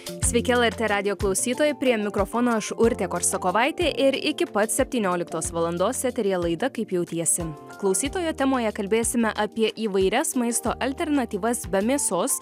sveiki lrt radijo klausytojai prie mikrofono aš urtė korsakovaitė ir iki pat septynioliktos valandos eteryje laida kaip jautiesi klausytojo temoje kalbėsime apie įvairias maisto alternatyvas be mėsos